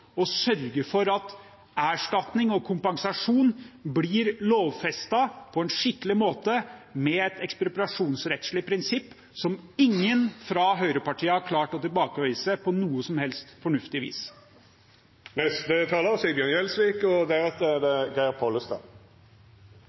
å sørge for at erstatning og kompensasjon blir lovfestet på en skikkelig måte, med et ekspropriasjonsrettslig prinsipp som ingen fra høyrepartiene har klart å tilbakevise på noe som helst fornuftig vis. Jeg har sittet og